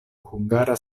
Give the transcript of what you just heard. hungara